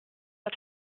pas